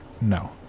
no